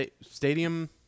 stadium